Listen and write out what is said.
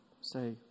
say